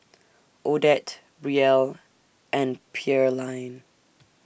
Odette Brielle and Pearline